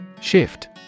Shift